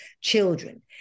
children